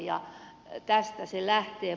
tästä se lähtee